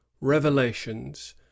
revelations